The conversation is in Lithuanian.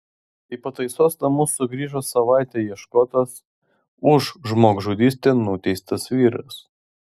į pataisos namus sugrįžo savaitę ieškotas už žmogžudystę nuteistas vyras